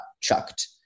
chucked